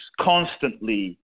constantly